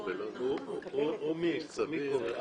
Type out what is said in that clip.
כפי שהיועץ המשפטי של משרד הביטחון אמר יש לנו כאן שני סטים.